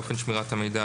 אופן שמירת המידע,